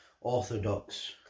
orthodox